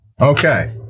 Okay